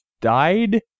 died